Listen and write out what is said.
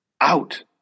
Out